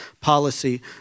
policy